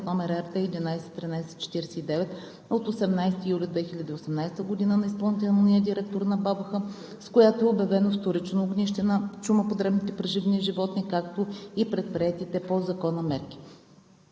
№№ РД 11-1349/18 юли 2018 г. на изпълнителния директор на БАБХ, с която е обявено вторично огнище на чума по дребните преживни животни както и предприетите по Закона мерки.